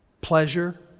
Pleasure